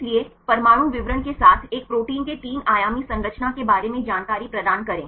इसलिए परमाणु विवरण के साथ एक प्रोटीन के तीन आयामी संरचना के बारे में जानकारी प्रदान करें